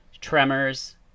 Tremors